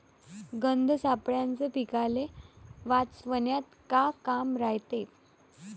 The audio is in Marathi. गंध सापळ्याचं पीकाले वाचवन्यात का काम रायते?